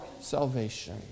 salvation